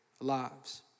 lives